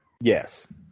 Yes